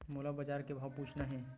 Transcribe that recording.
मोला बजार के भाव पूछना हे?